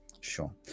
Sure